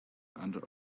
under